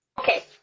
Okay